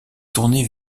tournées